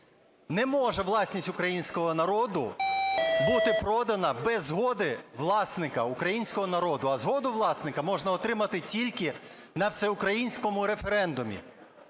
Не може власність українського народу бути продана без згоди власника – українського народу. А згоду власника можна отримати тільки на всеукраїнському референдумі.